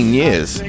years